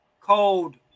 cold